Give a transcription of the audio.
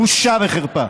בושה וחרפה,